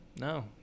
no